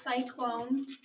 cyclone